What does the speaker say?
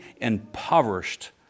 impoverished